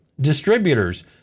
distributors